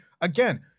again